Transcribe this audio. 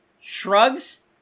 shrugs